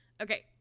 Okay